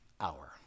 hour